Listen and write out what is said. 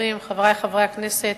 שתנמק אותה חברת הכנסת